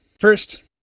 first